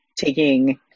taking